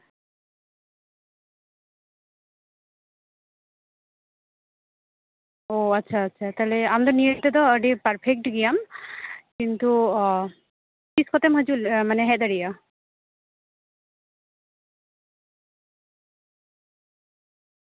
ᱚ ᱟᱪᱪᱷᱟ ᱟᱪᱪᱷᱟ ᱛᱟᱦᱞᱮ ᱟᱢ ᱫᱚ ᱱᱤᱭᱟᱹ ᱞᱟᱹᱜᱤᱫ ᱫᱚ ᱟᱹᱰᱤ ᱯᱟᱨᱯᱷᱮ ᱠᱴ ᱜᱮᱭᱟᱢ ᱠᱤᱱᱛᱩ ᱛᱤᱥ ᱠᱚᱛᱮᱢ ᱦᱤᱡᱩᱜ ᱢᱟᱱᱮ ᱦᱮᱡ ᱫᱟᱲᱮᱭᱟᱜᱼᱟ